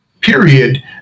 period